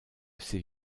ces